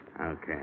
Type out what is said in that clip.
Okay